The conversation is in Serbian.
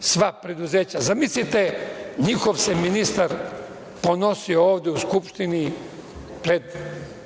sva preduzeća. Zamislite njihov ministar se ponosio ovde u Skupštini pred